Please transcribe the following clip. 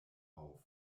auf